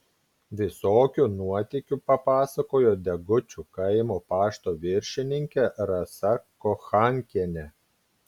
visokių nuotykių papasakojo degučių kaimo pašto viršininkė rasa kochankienė